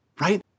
Right